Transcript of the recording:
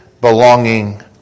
belonging